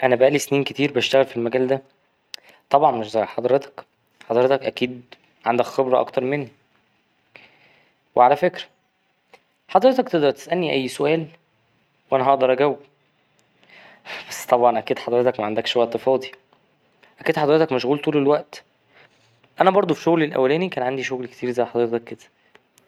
أنا بقالي سنين كتير بشتغل في المجال ده طبعا مش زي حضرتك، حضرتك أكيد عندك خبرة أكتر مني وعلى فكرة حضرتك تقدر تسألني أي سؤال وأنا هقدر أجاوب بس طبعا أكيد حضرتك معندكش وقت فاضي أكيد حضرتك مشغول طول الوقت أنا برضه في شغلي الأولاني كان عندي شغل كتير زي حضرتك كده.